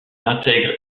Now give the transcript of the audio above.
intègre